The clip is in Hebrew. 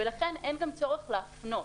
ולכן אין גם צורך להפנות.